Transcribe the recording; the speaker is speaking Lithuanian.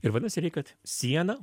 ir vadinasi reik kad siena